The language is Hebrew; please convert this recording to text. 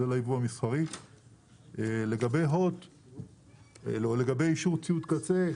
לגבי אישור ציוד קצה,